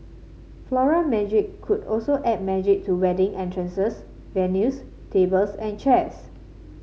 Floral Magic could also add magic to wedding entrances venues tables and chairs